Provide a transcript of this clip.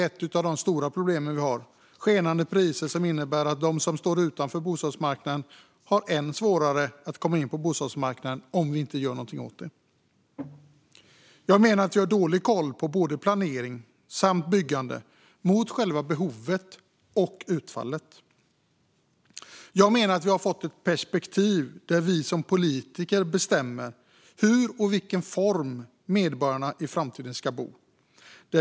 Ett av de stora problem vi har är skenande priser, som innebär att de som står utanför bostadsmarknaden får än svårare att komma in på bostadsmarknaden om vi inte gör någonting åt det. Vi har dålig koll på både planering och byggande utifrån själva behovet och utfallet. Jag menar att vi har fått ett perspektiv där vi som politiker bestämmer hur och i vilken form medborgarna i framtiden ska bo.